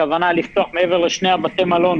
הכוונה היא לפתוח מעבר לשני בתי המלון